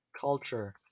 culture